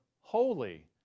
holy